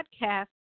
podcast